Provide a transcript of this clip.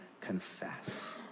confess